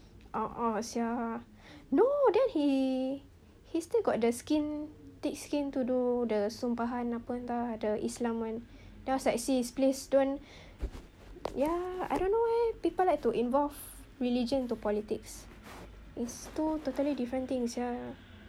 a'ah [sial] no then he he still got the skin thick skin to do the sumpahan apa entah the islam one then I was like sis please don't ya I don't know leh people like to involve religion into politics it's two totally different things [sial]